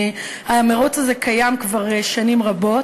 המירוץ הזה קיים כבר שנים רבות,